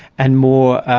and more